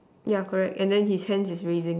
yeah correct and then his hands is raising